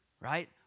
Right